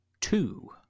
two-